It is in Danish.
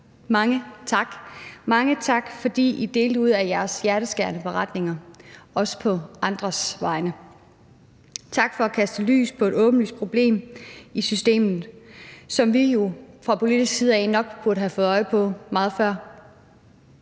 Mange tak, fordi I delte ud af jeres hjerteskærende beretninger, også på andres vegne. Tak for at kaste lys på et åbenlyst problem i systemet, som vi jo fra politisk side nok burde have fået øje på meget før.